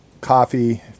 coffee